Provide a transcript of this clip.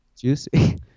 Juicy